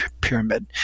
pyramid